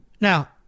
Now